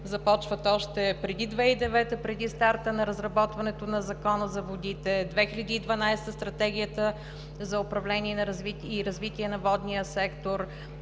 започват още преди 2009 г., преди старта на разработването на Закона за водите; през 2012 г. – Стратегията за управление и развитие на водния сектор;